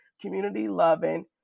community-loving